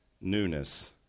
newness